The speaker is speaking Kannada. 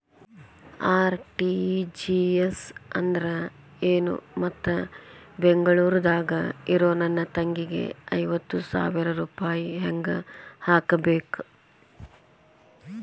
ಆರ್.ಟಿ.ಜಿ.ಎಸ್ ಅಂದ್ರ ಏನು ಮತ್ತ ಬೆಂಗಳೂರದಾಗ್ ಇರೋ ನನ್ನ ತಂಗಿಗೆ ಐವತ್ತು ಸಾವಿರ ರೂಪಾಯಿ ಹೆಂಗ್ ಹಾಕಬೇಕು?